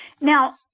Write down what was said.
Now